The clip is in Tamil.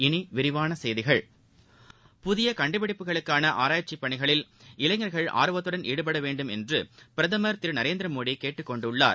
இனிவிரிவானசெய்திகள் புதியகண்டுபிடிப்புகளுக்கானஆராய்ச்சிப் பணிகளில் இளைஞ்கள் ஆர்வத்துடன் ஈடுபடவேண்டுமென்றுபிரதமர் திருநரேந்திரமோடிகேட்டுக் கொண்டுள்ளார்